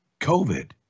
COVID